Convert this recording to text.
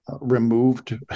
removed